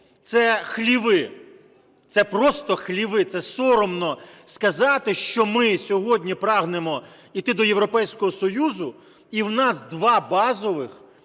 це хліви. Це просто хліви. Це соромно сказати, що ми сьогодні прагнемо іти до Європейського Союзу, і у нас два базових,